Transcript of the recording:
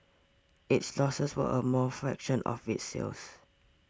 its losses were a mall fraction of its sales